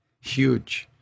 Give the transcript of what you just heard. huge